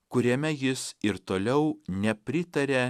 kuriame jis ir toliau nepritaria